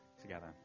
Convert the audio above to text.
together